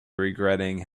regretting